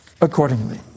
accordingly